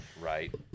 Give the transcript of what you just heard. right